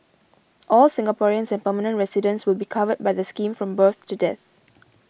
all Singaporeans and permanent residents will be covered by the scheme from birth to death